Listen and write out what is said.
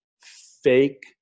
fake